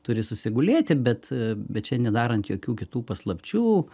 turi susigulėti bet bet čia nedarant jokių kitų paslapčių